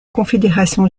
confédération